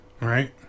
Right